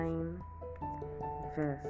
verse